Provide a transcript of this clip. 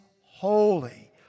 holy